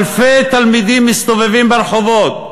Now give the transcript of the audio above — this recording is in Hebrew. אלפי תלמידים מסתובבים ברחובות,